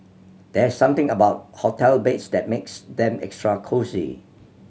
there's something about hotel beds that makes them extra cosy